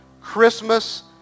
Christmas